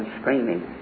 screaming